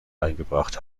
eingebracht